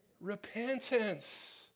Repentance